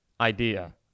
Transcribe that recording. idea